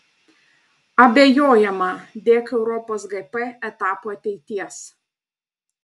abejojama dėk europos gp etapo ateities